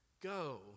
Go